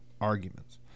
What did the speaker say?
arguments